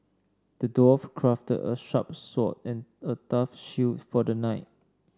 the dwarf crafted a sharp sword and a tough shield for the knight